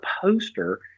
poster